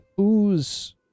ooze